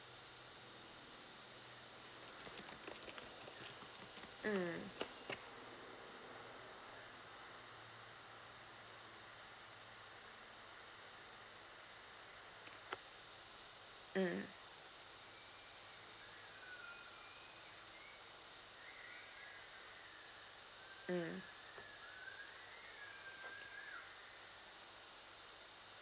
mm mm mm